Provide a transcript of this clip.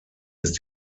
ist